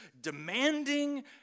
demanding